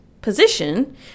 position –